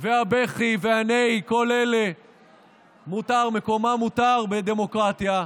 והבכי והנהי, כל אלה מקומם מותר בדמוקרטיה,